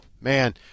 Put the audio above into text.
Man